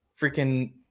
freaking